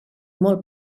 molt